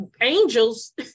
Angels